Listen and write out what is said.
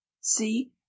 See